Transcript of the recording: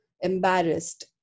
embarrassed